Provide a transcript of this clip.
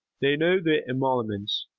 they know the emoluments.